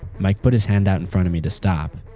mike put his hand out in front of me to stop.